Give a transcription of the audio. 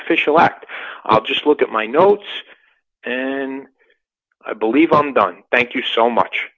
official act i'll just look at my notes and i believe i'm done thank you so much